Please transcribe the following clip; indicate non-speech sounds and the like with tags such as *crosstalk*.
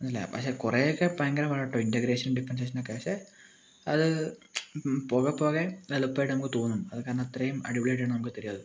*unintelligible* പക്ഷേ കുറെയൊക്കെ ഭയങ്കര പാടാട്ടോ ഇൻ്റഗ്രേഷനും ഡിഫറെൻസിയേഷനുമൊക്കെ പക്ഷേ അത് പോകെ പോകെ എളുപ്പമായിട്ട് നമുക്ക് തോന്നും അതുകാരണം അത്രയും അടിപൊളിയായിട്ടാണ് നമുക്ക് തരുക അത്